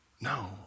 No